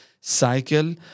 cycle